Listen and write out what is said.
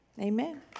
Amen